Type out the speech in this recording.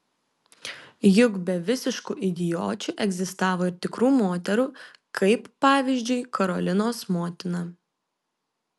juk be visiškų idiočių egzistavo ir tikrų moterų kaip pavyzdžiui karolinos motina